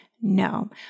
No